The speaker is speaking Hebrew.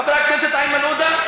חבר הכנסת איימן עודה,